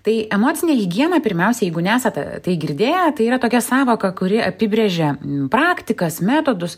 tai emocinė higiena pirmiausia jeigu nesat girdėję tai yra tokia sąvoka kuri apibrėžia praktikas metodus